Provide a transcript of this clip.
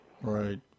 Right